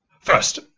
First